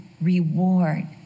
reward